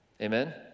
Amen